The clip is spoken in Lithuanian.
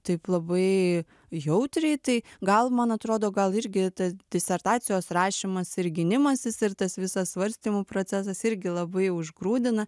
taip labai jautriai tai gal man atrodo gal irgi tas disertacijos rašymas ir gynimasis ir tas visas svarstymų procesas irgi labai užgrūdina